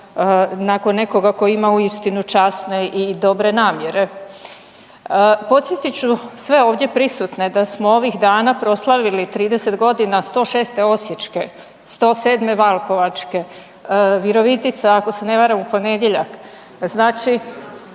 nakon nekoga tko ima uistinu časne i dobre namjere. Podsjetit ću sve ovdje prisutne da smo ovih dana proslavili 30 godina 106. osječke, 107. valpovačke, Virovitica ako se ne varam u ponedjeljak.